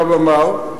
הרב עמאר,